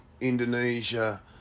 Indonesia